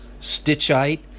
stitchite